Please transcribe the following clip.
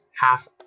half